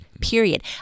period